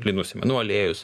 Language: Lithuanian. linų sėmenų aliejus